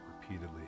repeatedly